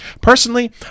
Personally